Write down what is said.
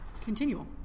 continual